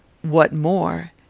what more?